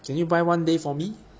can you buy one day for me